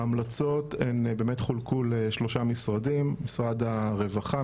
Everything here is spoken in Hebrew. ההמלצות הן באמת חולקו לשלושה משרדים: משרד הרווחה,